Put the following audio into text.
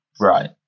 Right